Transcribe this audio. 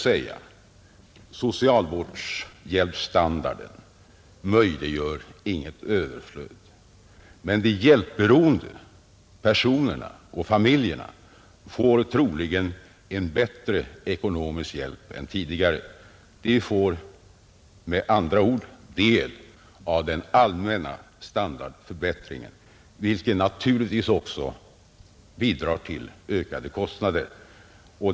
Socialhjälpsstandarden möjliggör inget överflöd, men de hjälpberoende personerna och familjerna får troligen nu en bättre ekonomisk hjälp än tidigare. De får med andra ord del av den allmänna standardförbättringen, vilket naturligtvis också bidrar till ökade kostnader.